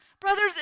brothers